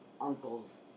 uncle's